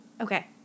Okay